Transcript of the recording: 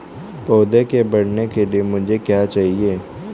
पौधे के बढ़ने के लिए मुझे क्या चाहिए?